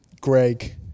Greg